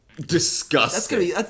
Disgusting